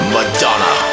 Madonna